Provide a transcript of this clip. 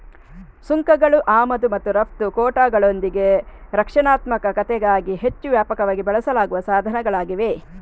ಸುಂಕಗಳು ಆಮದು ಮತ್ತು ರಫ್ತು ಕೋಟಾಗಳೊಂದಿಗೆ ರಕ್ಷಣಾತ್ಮಕತೆಗಾಗಿ ಹೆಚ್ಚು ವ್ಯಾಪಕವಾಗಿ ಬಳಸಲಾಗುವ ಸಾಧನಗಳಾಗಿವೆ